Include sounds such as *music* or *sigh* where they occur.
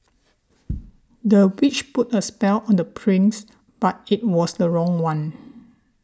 *noise* the witch put a spell on the prince but it was the wrong one